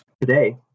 today